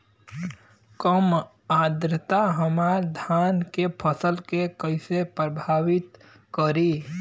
कम आद्रता हमार धान के फसल के कइसे प्रभावित करी?